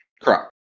Correct